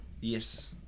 Yes